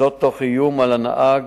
תוך איום על הנהג.